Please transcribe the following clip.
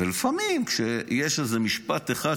לפעמים יש איזה משפט אחד,